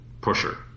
Pusher